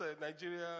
Nigeria